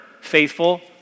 faithful